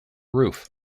roof